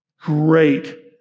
great